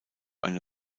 eine